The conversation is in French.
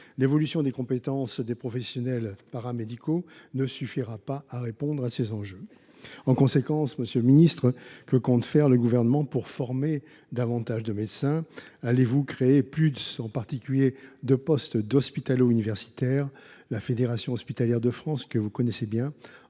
L’évolution des compétences des professionnels paramédicaux ne suffira pas à répondre à cet enjeu. Monsieur le ministre, que compte faire le Gouvernement pour former davantage de médecins ? Allez vous créer plus de postes hospitalo universitaires, la Fédération hospitalière de France (FHF) en demandant